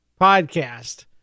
Podcast